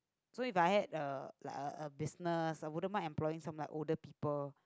so if I had a like a a business I wouldn't mind employing some like older people